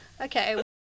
okay